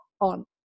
on